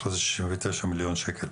אחרי זה שישים ותשעה מיליון שקל,